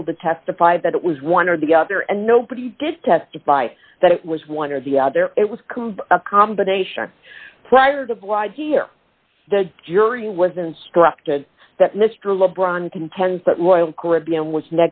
able to testify that it was one or the other and nobody did testify that it was one or the other it was come a combination prior to here the jury was instructed that mr le bron contends that royal caribbean was